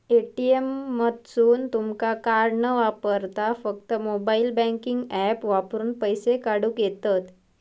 ATM मधसून तुमका card न वापरता फक्त मोबाईल बँकिंग ऍप वापरून पैसे काढूक येतंत